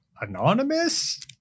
anonymous